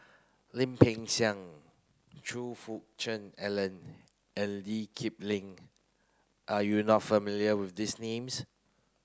Lim Peng Siang Choe Fook Cheong Alan and Lee Kip Lin are you not familiar with these names